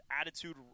attitude